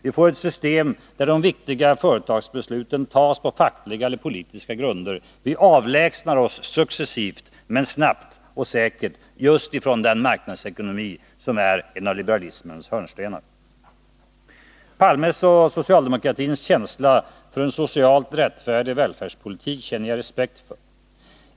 Vi får ett system där de viktiga företagsbesluten fattas på fackliga eller politiska grunder. Vi avlägsnar oss successivt, men snabbt och säkert just från den marknadsekonomi som är en av liberalismens hörnstenar. Olof Palme och socialdemokratins känsla för en socialt rättfärdig välfärdspolitik känner jag respekt för.